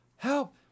Help